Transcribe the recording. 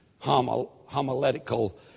homiletical